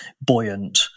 buoyant